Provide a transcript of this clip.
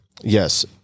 Yes